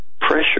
pressure